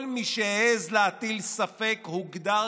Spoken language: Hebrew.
כל מי שהעז להטיל ספק הוגדר